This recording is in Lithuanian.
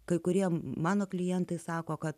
kai kurie mano klientai sako kad